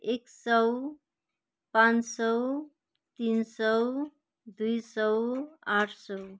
एक सय पान सय तिन सय दुई सय आठ सय